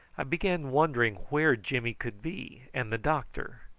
i began wondering where jimmy could be, and the doctor,